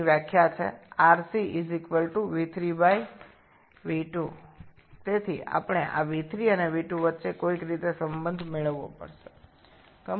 আমাদের cut off অনুপাত rc সংজ্ঞা 𝑟c v3v2 সুতরাং আমাদের কোনওভাবেই এই v3 এবং v2এর মধ্যে একটি সম্পর্ক পেতে হবে